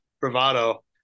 bravado